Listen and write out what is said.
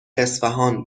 اصفهان